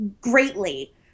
greatly